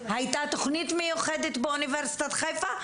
הייתה תוכנית מיוחדת באוניברסיטת חיפה,